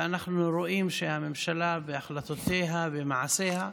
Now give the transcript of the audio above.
ואנחנו רואים שהממשלה בהחלטותיה, במעשיה,